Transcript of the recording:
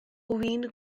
win